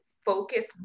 focus